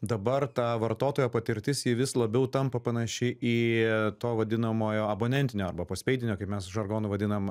dabar ta vartotojo patirtis ji vis labiau tampa panaši į to vadinamojo abonentinio arba postpeidinio kaip mes žargonu vadinam